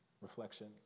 reflection